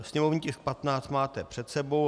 Sněmovní tisk 15 máte před sebou.